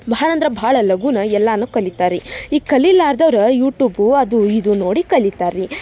ಬಹಳ ಅಂದ್ರೆ ಬಹಳ ಲಗೂನ ಎಲ್ಲನೂ ಕಲಿತಾರೆ ರಿ ಈ ಕಲಿಲಾರ್ದೊರು ಯೂಟೂಬು ಅದೂ ಇದೂ ನೋಡಿ ಕಲಿತಾರೆ ರಿ